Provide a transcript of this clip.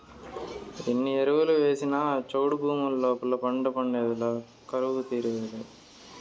ఎన్ని ఎరువులు వేసినా చౌడు భూమి లోపల పంట పండేదులే కరువు తీరేదులే